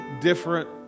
different